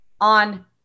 on